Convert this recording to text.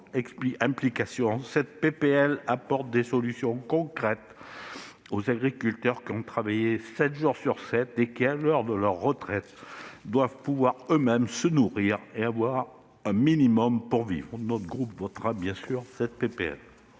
de loi apporte des solutions concrètes aux agriculteurs, qui ont travaillé sept jours sur sept et qui, à l'heure de leur retraite, doivent pouvoir eux-mêmes se nourrir et avoir un minimum pour vivre. Le groupe Les Indépendants